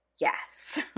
yes